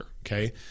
okay